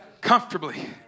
comfortably